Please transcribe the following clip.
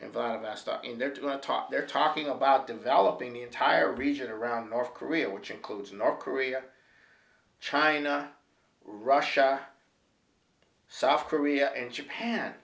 talk they're talking about developing the entire region around north korea which includes north korea china russia south korea and japan